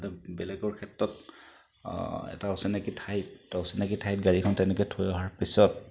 তাতে বেলেগৰ ক্ষেত্ৰত এটা অচিনাকী ঠাইত অচিনাকী ঠাইত গাড়ীখন তেনেকৈ থৈ অহাৰ পিছত